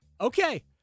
Okay